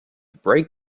break